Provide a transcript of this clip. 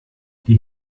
die